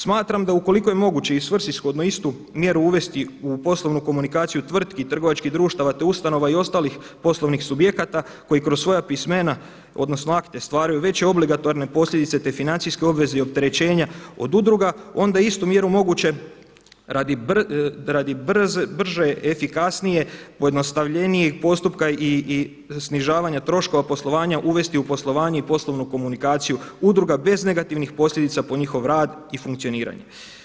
Smatram da ukoliko je moguće i svrsishodno istu mjeru uvesti u poslovnu komunikaciju tvrtki, trgovačkih društava, te ustanova i ostalih poslovnih subjekata koji kroz svoja pismena odnosno akte stvaraju veće obligatorne posljedice, te financijske obveze i opterećenja od udruga onda istu mjeru moguće radi brže, efikasnijeg i pojednostavljenijeg postupka i snižavanja troškova poslovanja uvesti u poslovanje i poslovnu komunikaciju udruga bez negativnih posljedica po njihov rad i funkcioniranje.